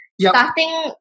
Starting